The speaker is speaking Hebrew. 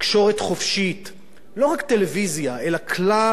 לא רק טלוויזיה, אלא כלל הקולות,